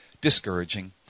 discouraging